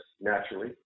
naturally